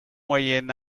moyen